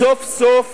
סוף סוף